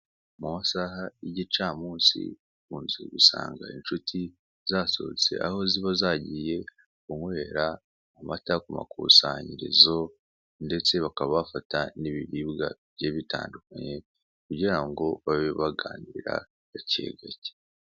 Mu masaha y'igicamunsi mu nzira usanga inshuti zasohotse aho ziba zagiye kunywera amata ku makusanyirizo ndetse bakaba bafata n'ibiribwa bigiye bitandukanye kugira babe baganira gake gake.